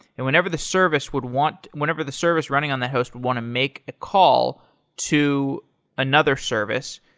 and whenever the service would want whenever the service running on the host want to make a call to another service,